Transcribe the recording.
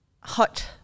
Hot